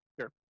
Sure